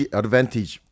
advantage